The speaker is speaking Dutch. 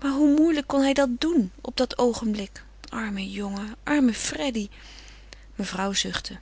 maar hoe moeilijk kon hij dat doen op dat oogenblik arme jongen arme freddy mevrouw zuchtte